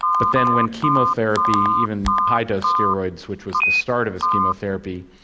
but then when chemotherapy, even high-dose steroids which was the start of his chemotherapy,